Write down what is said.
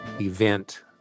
event